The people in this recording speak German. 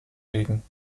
liegen